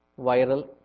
viral